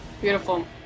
Beautiful